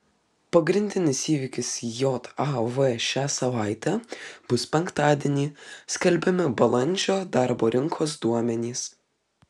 pagrindinis įvykis jav šią savaitę bus penktadienį skelbiami balandžio darbo rinkos duomenys